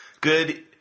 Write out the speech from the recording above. good